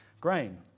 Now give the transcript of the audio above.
grain